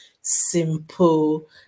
simple